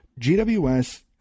GWS